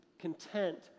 content